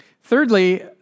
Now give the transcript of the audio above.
Thirdly